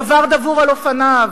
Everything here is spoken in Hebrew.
דבר דבור על אופניו,